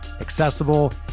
accessible